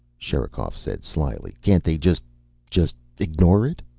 sherikov said slyly. can't they just just ignore it?